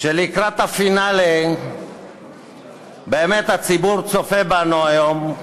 כי לקראת הפינאלה באמת הציבור צופה בנו היום,